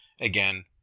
again